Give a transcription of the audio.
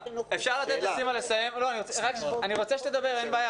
בואו ניתן לסימה להציג הכול בצורה מסודרת,